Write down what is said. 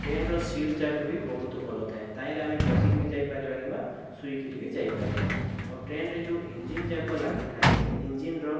ଟ୍ରେନର ସିଟ୍ ଯାକବି ବହୁତ ଭଲ ଥାଏ ତାହିଁରେ ଆମେ ବସିକି ବି ଯାଇପାରିବା କିମ୍ବା ଶୁଇକି ବି ଯାଇପାରିବା ଆଉ ଟ୍ରେନର ଯେଉଁ ଇଞ୍ଜିନ ଯାକ ଲାଗିଥାଏ ସେଇ ଇଞ୍ଜିନ ର